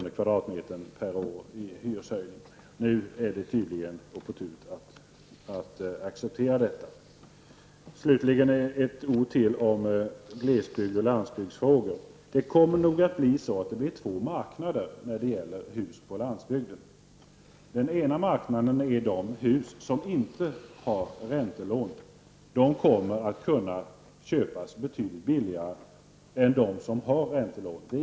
per kvadratmeter och år. Nu är det tydligen opportunt att acceptera detta. Slutligen vill jag säga ytterligare några ord om glesbygds och landsbygdsfrågor. Det kommer nog att bli två marknader när det gäller hus på landsbygden. Den ena marknaden består av de hus som inte har räntelån. De kommer att kunna köpas betydligt billigare än de som har räntelån.